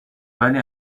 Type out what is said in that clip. ولی